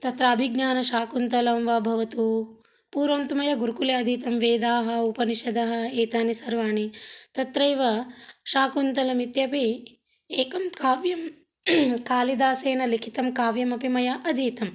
तत्र अभिज्ञानशाकुन्तलं वा भवतु पूर्वं तु मया गुरुकुले अधीतं वेदाः उपनिषदः एतानि सर्वाणि तत्रैव शाकुन्तलम् इत्यपि एकं काव्यं कालिदासेन लिखितं काव्यमपि मया अधीतं